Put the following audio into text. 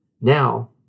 Now